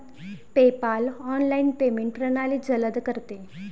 PayPal online payment प्रणाली जलद करते